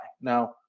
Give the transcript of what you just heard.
Now